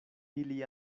ili